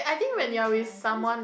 having fun